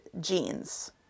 jeans